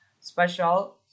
special